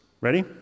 Ready